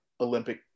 olympic